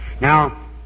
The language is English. Now